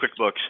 QuickBooks